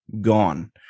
gone